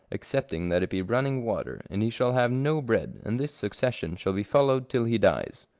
excepting that it be running water, and he shall have no bread, and this succession shall be followed till he dies.